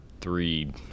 three